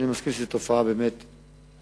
אני מסכים שזאת תופעה מאוד קשה.